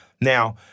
Now